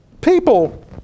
people